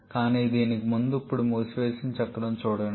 కానీ దీనికి ముందు ఇప్పుడు మూసివేసిన చక్రం చూడండి